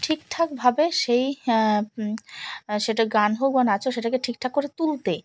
ঠিক ঠাকভাবে সেই সেটা গান হোক বা নাচ হোক সেটাকে ঠিক ঠাক করে তুলতে